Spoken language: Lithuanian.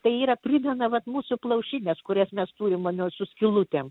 tai yra primena vat mūsų plaušines kurias mes turim vonioj su skylutėm